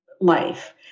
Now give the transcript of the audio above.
life